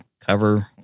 cover